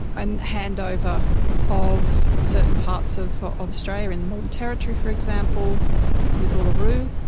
and handover of certain parts of australia, in the northern territory for example with uluru,